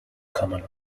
common